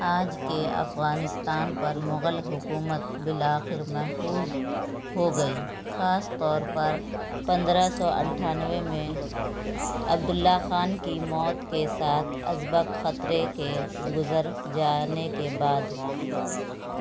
آج کے افغانستان پر مغل حکومت بالآخر محفوظ ہو گئی خاص طور پر پندرہ سو انٹھانوے میں عبد اللہ خان کی موت کے ساتھ ازبق خطرے کے گزر جانے کے بعد